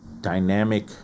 dynamic